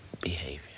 behavior